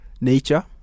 nature